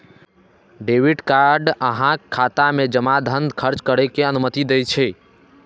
debit card अहांक खाता मे जमा धन खर्च करै के अनुमति दै छै